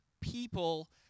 people